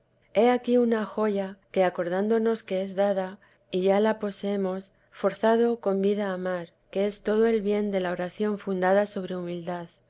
he aquí una joya que acordándonos que es dada y ya la poseemos forzado convida a amar que es todo el bien de la oración fundada sobre humildad